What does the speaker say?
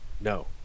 no